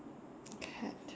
cat